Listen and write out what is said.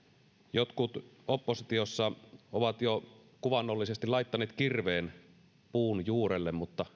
jotkut oppositiossa ovat jo kuvaannollisesti laittaneet kirveen puun juurelle mutta